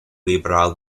liberal